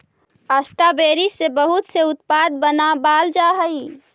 strawberry से बहुत से उत्पाद बनावाल जा हई